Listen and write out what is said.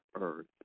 earth